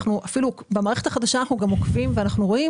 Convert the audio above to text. במערכת החדשה אנחנו גם עוקבים ורואים